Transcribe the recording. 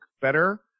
better